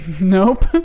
Nope